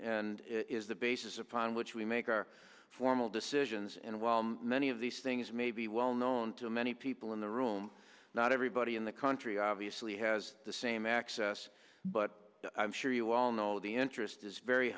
and is the basis upon which we make our formal decisions and while many of these things may be well known to many people in the room not everybody in the country obviously has the same access but i'm sure you all know the interest is very